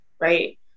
right